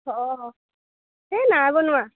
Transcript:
অঁ সেই নাই বনোৱা